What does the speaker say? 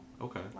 Okay